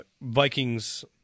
Vikings